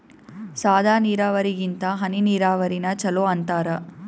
ಸಾದ ನೀರಾವರಿಗಿಂತ ಹನಿ ನೀರಾವರಿನ ಚಲೋ ಅಂತಾರ